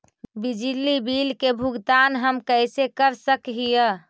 बिजली बिल के भुगतान हम कैसे कर सक हिय?